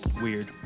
Weird